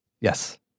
yes